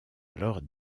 alors